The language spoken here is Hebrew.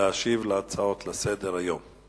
להשיב על ההצעות לסדר-היום.